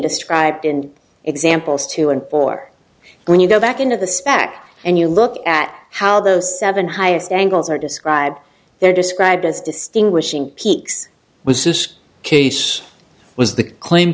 described in examples two and four when you go back into the spec and you look at how those seven highest angles are describe they're described as distinguishing peaks was this case was the claim